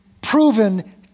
proven